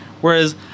whereas